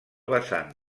vessant